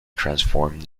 transformed